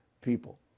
people